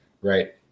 Right